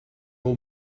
all